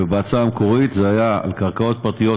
ובהצעה המקורית זה היה על קרקעות פרטיות,